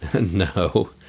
No